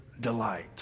delight